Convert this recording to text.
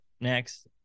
next